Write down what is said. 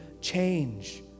change